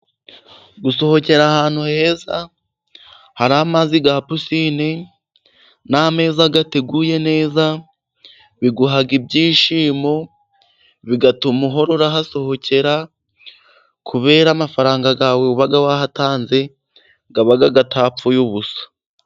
Gusohokera ahantu heza hari amazi ya pisine n'ameza ateguye neza, biguha ibyishimo, bigatuma uhora uhasohokera kubera amafaranga yawe uba wahatanze aba atapfuye ubusa.